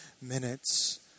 minutes